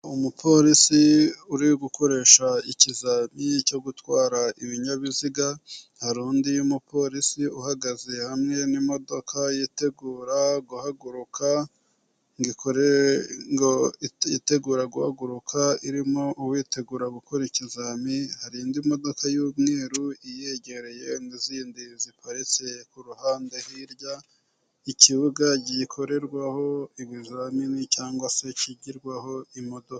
Umupolisi uri gukoresha ikizami cyo gutwara ibinyabiziga, hari undi mupolisi uhagaze hamwe n'imodoka yitegura guhaguruka, irimo uwitegura gukora ikizami, hari indi modoka y'umweru iyegereye n'izindi ziparitse ku ruhande hirya, ikibuga gikorerwaho ibizamini cyangwa se kigirwaho imodoka.